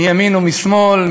מימין ומשמאל,